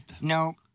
No